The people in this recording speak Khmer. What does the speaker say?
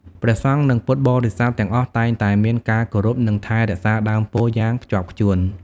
ព្រះសង្ឃនិងពុទ្ធបរិស័ទទាំងអស់តែងតែមានការគោរពនិងថែរក្សាដើមពោធិ៍យ៉ាងខ្ជាប់ខ្ជួន។